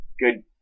good